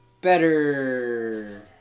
better